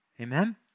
Amen